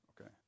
okay